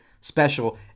special